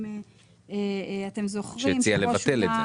אם אתם זוכרים -- שהציעה לבטל את זה.